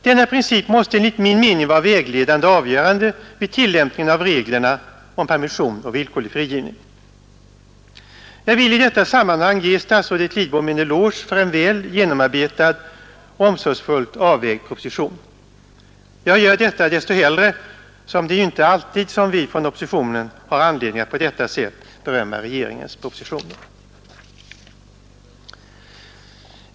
Denna princip måste enligt min mening vara vägledande och avgörande vid tillämpningen av reglerna om permission och villkorlig frigivning. Jag vill i detta sammanhang ge statsrådet Lidbom en eloge för en väl genomarbetad och omsorgsfullt avvägd proposition. Jag gör det desto hellre som det inte är alltid som vi inom oppositionen har anledning att på detta sätt berömma regeringens propositioner.